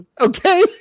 Okay